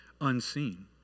unseen